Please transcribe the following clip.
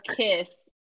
kiss